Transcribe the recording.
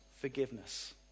forgiveness